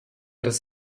das